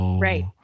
Right